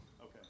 Okay